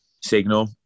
signal